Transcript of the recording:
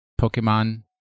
Pokemon